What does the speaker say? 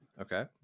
Okay